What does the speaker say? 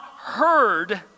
heard